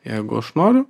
jeigu aš noriu